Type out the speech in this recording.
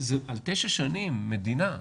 זה על תשע שנים, מדינה.